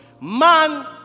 man